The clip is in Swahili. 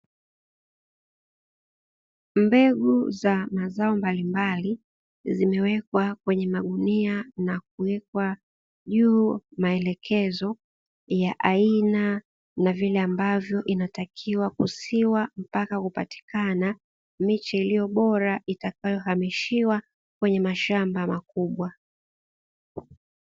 Mbegu za mazao mbalimbali zimewekwa kwenye magunia na kuwekwa juu maelekezo, ya aina na vile ambavyo inatakiwa kusiwa, mpaka kupatikana miche iliyobora itakayohamishiwa kwenye mashamba makubwa.